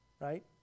right